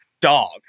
dog